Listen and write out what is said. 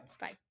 Bye